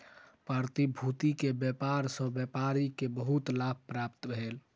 प्रतिभूति के व्यापार सॅ व्यापारी के बहुत लाभ प्राप्त भेल